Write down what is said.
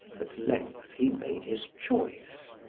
at length he made his choice.